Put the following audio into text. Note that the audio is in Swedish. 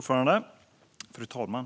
Fru talman!